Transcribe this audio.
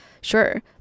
sure